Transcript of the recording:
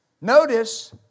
Notice